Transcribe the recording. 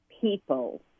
people